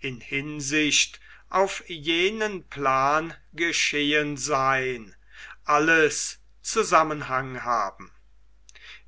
in hinsicht auf jenen plan geschehen sein alles zusammenhang haben